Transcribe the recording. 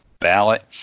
ballot